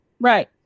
right